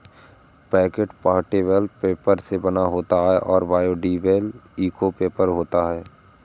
packet plantable paper से बना होता है और बायोडिग्रेडेबल इको पेपर होता है